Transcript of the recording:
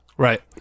Right